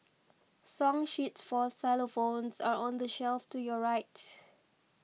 song sheets for xylophones are on the shelf to your right